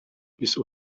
bis